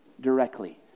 directly